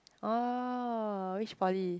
orh which poly